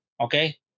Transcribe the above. Okay